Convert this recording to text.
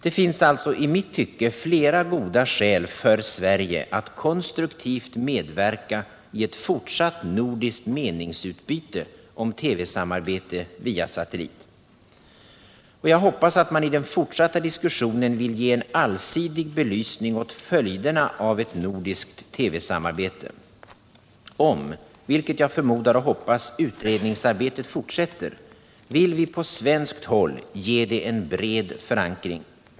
Det finns alltså i mitt tycke flera goda skäl för Sverige att konstruktivt medverka i ett fortsatt nordiskt meningsutbyte om TV-samarbete via satellit, och jag hoppas att man i den fortsatta diskussionen vill ge en allsidig belysning åt följderna av ett nordiskt TV-samarbete. Om -— vilket jag förmodar och hoppas — utredningsarbetet fortsätter, vill vi på svenskt håll ge det en bred förankring.